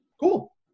Cool